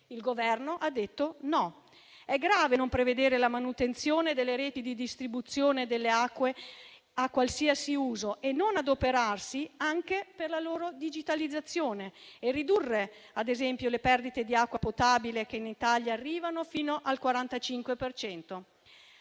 le due principali). È grave non prevedere la manutenzione delle reti di distribuzione delle acque a qualsiasi uso e non adoperarsi anche per la loro digitalizzazione, e ridurre ad esempio le perdite di acqua potabile che, in Italia, arrivano fino al 45